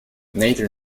neither